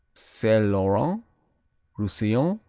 saint-laurent roussillon,